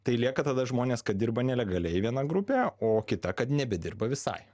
tai lieka tada žmonės kad dirba nelegaliai viena grupė o kita kad nebedirba visai